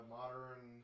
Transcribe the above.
modern